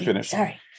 Sorry